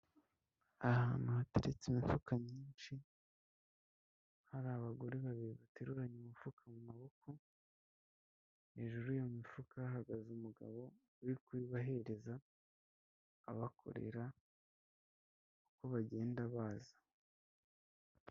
Ahantu hatetse imifuka myinshi hari abagore babiri bateruranya umufuka mu maboko, hejuru iyo mifuka hahagaze umugabo uri kuyibahereza abakorera uko bagenda baza.